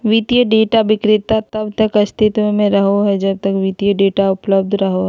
वित्तीय डेटा विक्रेता तब तक अस्तित्व में रहो हइ जब तक वित्तीय डेटा उपलब्ध रहो हइ